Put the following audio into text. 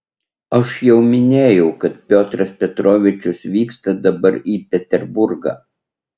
aš jau minėjau kad piotras petrovičius vyksta dabar į peterburgą